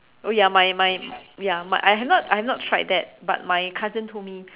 oh ya my my ya my I have not have not tried that but my cousin told me